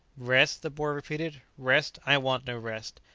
rest! the boy repeated rest! i want no rest.